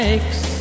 Makes